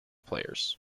players